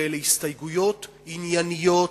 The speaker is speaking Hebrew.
ואלה הסתייגויות ענייניות,